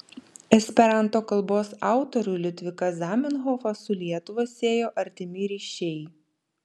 esperanto kalbos autorių liudviką zamenhofą su lietuva siejo artimi ryšiai